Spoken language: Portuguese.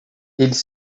eles